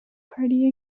party